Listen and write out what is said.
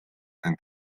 end